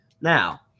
Now